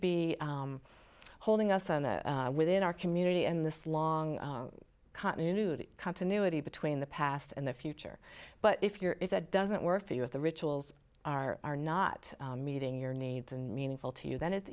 be holding us and within our community in this long continuity continuity between the past and the future but if you're if that doesn't work for you with the rituals are are not meeting your needs and meaningful to you then it's